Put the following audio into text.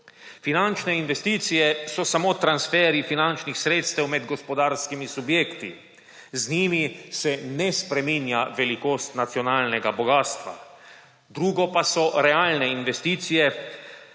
Finančne investicije so samo transferji finančnih sredstev med gospodarskimi subjekti. Z njimi se ne spreminja velikost nacionalnega bogastva. Drugo pa so realne investicije,